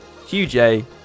qj